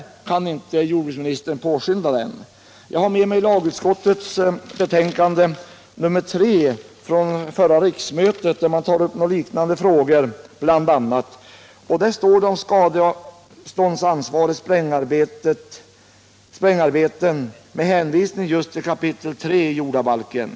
Jag skulle vilja fråga: Kan inte jordbruksministern påskynda arbetet? Jag har med mig lagutskottets betänkande nr 3 från förra riksmötet. Man kan där läsa om skadeståndsansvar vid sprängningsarbeten. Det hänvisas till just 3 kap. i jordabalken.